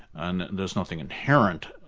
and there's nothing inherent,